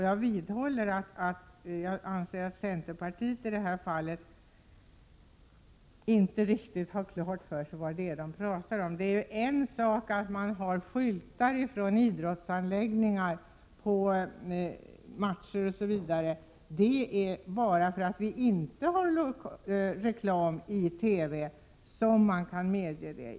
Jag anser att centerpartiet inte riktigt har klart för sig vad man pratar om. Det är en helt annan sak att vi har reklamskyltar på idrottsanläggningar vid matcher osv. Det är bara därför att vi inte har reklam i TV som detta kan tillåtas.